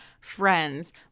friends